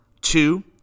Two